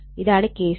ഇതാണ് കേസ് 3